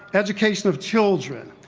education of children,